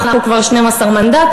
אנחנו כבר 12 מנדטים,